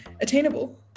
attainable